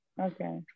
Okay